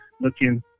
looking